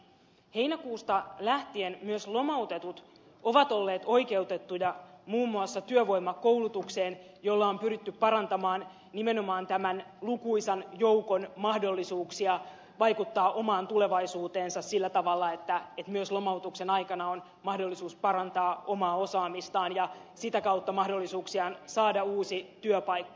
heinäkuusta lähtien myös lomautetut ovat olleet oikeutettuja muun muassa työvoimakoulutukseen jolla on pyritty parantamaan nimenomaan tämän lukuisan joukon mahdollisuuksia vaikuttaa omaan tulevaisuuteensa sillä tavalla että myös lomautuksen aikana on mahdollisuus parantaa omaa osaamistaan ja sitä kautta mahdollisuuksiaan saada uusi työpaikka